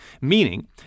meaning